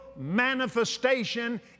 manifestation